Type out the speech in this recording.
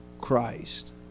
Christ